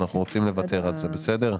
אנחנו רוצים לוותר על זה, בסדר?